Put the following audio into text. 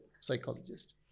psychologist